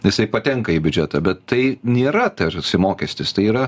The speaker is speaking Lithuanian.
jisai patenka į biudžetą bet tai nėra tarsi mokestis tai yra